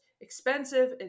expensive